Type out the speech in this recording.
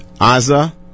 Aza